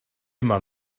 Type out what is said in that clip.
man